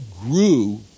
grew